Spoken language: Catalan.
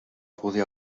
podia